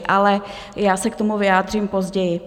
Ale já se k tomu vyjádřím později.